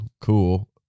cool